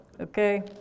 Okay